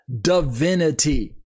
divinity